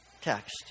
text